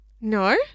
No